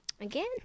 Again